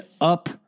up